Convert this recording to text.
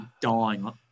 dying